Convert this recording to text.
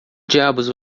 diabos